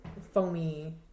foamy